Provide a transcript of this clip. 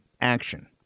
action